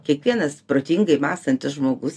kiekvienas protingai mąstantis žmogus